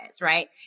right